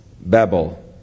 Babel